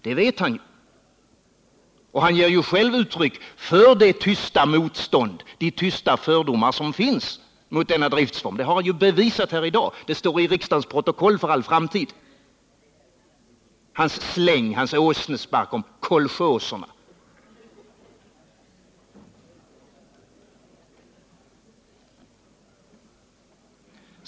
Det vet Einar Larsson, och han ger själv uttryck för det tysta motstånd, de tysta fördomar som finns mot denna driftform. Det har han ju bevisat här i dag — det står i riksdagens protokoll för all framtid, hans släng, hans åsnespark om ”kolchoserna”.